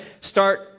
start